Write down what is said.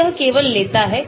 तो यह केवल लेता है